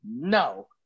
no